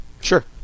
Sure